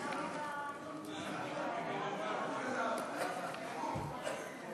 חוק למניעת אלימות במשפחה (תיקון מס'